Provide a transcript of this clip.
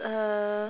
uh